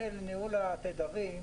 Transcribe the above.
--- של ניהול התדרים,